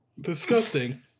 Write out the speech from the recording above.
Disgusting